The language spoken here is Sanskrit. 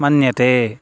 मन्यते